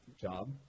Job